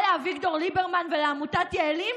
מה לאביגדור ליברמן ולעמותת "יעלים"?